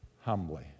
humbly